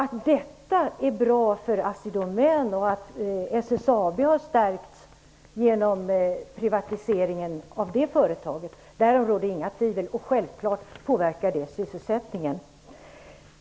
Att detta är bra för Assi Domän och att SSAB har stärkts genom privatiseringen av det företaget, därom råder inga tvivel, och självklart påverkar det sysselsättningen.